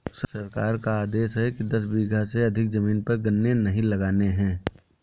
सरकार का आदेश है कि दस बीघा से अधिक जमीन पर गन्ने नही लगाने हैं